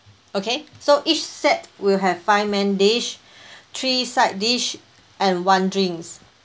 okay so each set will have five main dish three side dish and one drinks